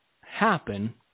happen